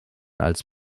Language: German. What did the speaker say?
als